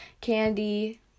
Candy